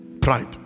pride